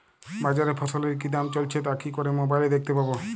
বাজারে ফসলের কি দাম চলছে তা কি করে মোবাইলে দেখতে পাবো?